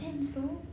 makes sense though